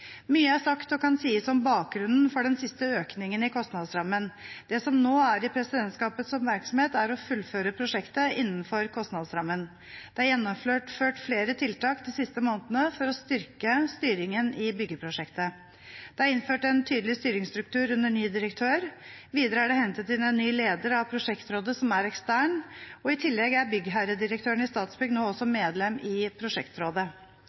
Mye er sagt og kan sies om bakgrunnen for den siste økningen i kostnadsrammen. Det som nå har presidentskapets oppmerksomhet, er å fullføre prosjektet innenfor kostnadsrammen. Det er gjennomført flere tiltak de siste månedene for å styrke styringen i byggeprosjektet. Det er innført en tydelig styringsstruktur under ny direktør. Videre er det hentet inn en ny leder av prosjektrådet som er ekstern. I tillegg er byggherredirektøren i Statsbygg nå også medlem i prosjektrådet.